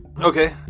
Okay